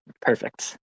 Perfect